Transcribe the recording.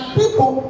people